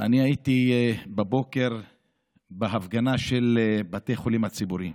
הייתי בבוקר בהפגנה של בתי החולים הציבוריים